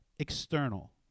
external